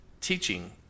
teaching